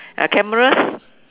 uh cameras